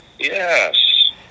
Yes